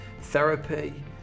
therapy